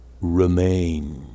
remain